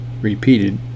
repeated